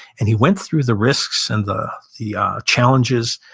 and he went through the risks and the the um challenges,